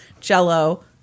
jello